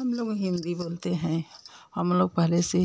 हम लोग हिन्दी बोलते हैं हम लोग पहले से